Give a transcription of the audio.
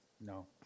No